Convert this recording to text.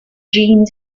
gene